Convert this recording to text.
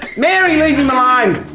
mary, leave him um